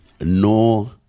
no